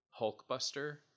Hulkbuster